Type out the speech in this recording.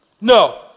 No